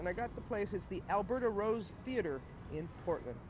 and i got the place is the alberta rose theater in portland